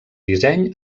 disseny